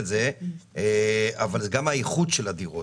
גם האיכות של הדירות